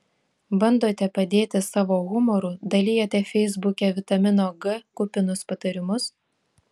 bandote padėti savo humoru dalijate feisbuke vitamino g kupinus patarimus